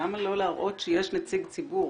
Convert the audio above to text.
למה לא להראות שיש נציג ציבור?